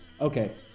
Okay